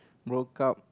broke up